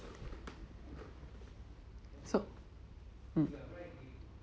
so mm